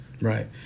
Right